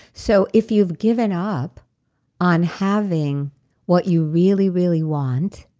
so if you've given up on having what you really, really want,